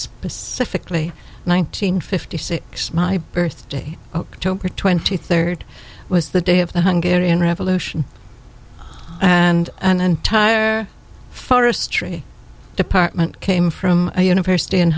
specifically one nine hundred fifty six my birthday oktober twenty third was the day of the hunger in revolution and an entire forestry department came from a university in